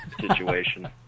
situation